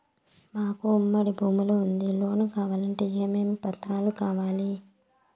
మాకు ఉమ్మడి భూమి ఉంది లోను కావాలంటే ఏమేమి పత్రాలు కావాలి?